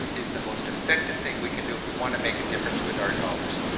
is the most effective thing we can do if we wanna make a difference with our dollars.